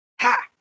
Ha